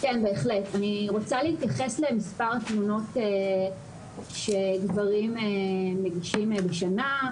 אני רוצה להתייחס למספר תלונות שגברים מגישים בשנה.